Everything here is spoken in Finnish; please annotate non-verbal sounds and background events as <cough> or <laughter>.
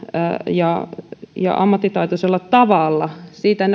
ja ja ammattitaitoisella tavalla siitä <unintelligible>